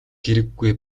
хэрэггүй